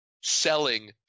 Selling